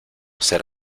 ser